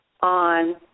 on